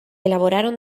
elaboraron